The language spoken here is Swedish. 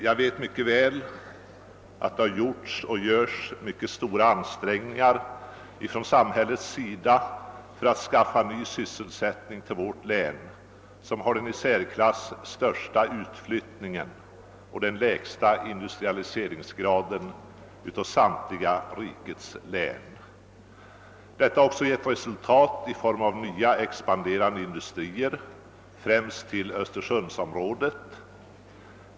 Jag vet mycket väl att det från samhällets sida har gjorts och görs mycket stora ansträngningar för att skaffa ny sysselsättning till vårt län, som har den i särklass största utflyttningen och den lägsta industrialiseringsgraden av samtliga rikets län. Ansträngningarna har också givit resultat i form av nya expanderande industrier, främst i Östersundsområdet.